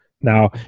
Now